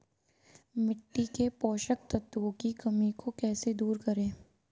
मिट्टी के पोषक तत्वों की कमी को कैसे दूर करें?